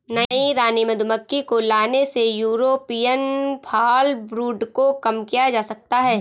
नई रानी मधुमक्खी को लाने से यूरोपियन फॉलब्रूड को कम किया जा सकता है